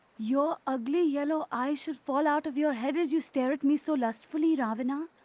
your ugly yellow eyes should fall out of your head as you stare at me so lustfully, ravana.